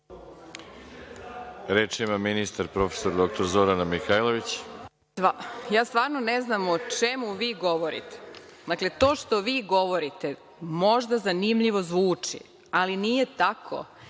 Reč ima ministar prof. dr Zorana Mihajlović. **Zorana Mihajlović** Stvarno ne znam o čemu vi govorite. Dakle, to što vi govorite, možda zanimljivo zvuči, ali nije tako.